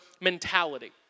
mentality